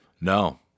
No